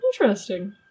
Interesting